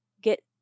get